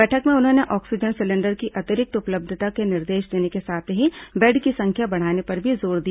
बैठक में उन्होंने ऑक्सीजन सिलेंडर की अतिरिक्त उपलब्यता के निर्देश देने के साथ ही बेड की संख्या बढाने पर भी जोर दिया